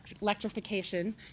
electrification